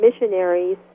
missionaries